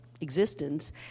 existence